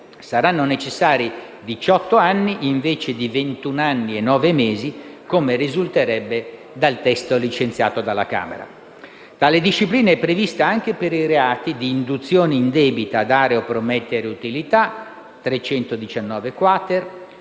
saranno necessari diciotto anni invece di ventuno anni e nove mesi, come risulterebbe dal testo licenziato dalla Camera. Tale disciplina è prevista anche per i reati di induzione indebita, dare o promettere utilità (articolo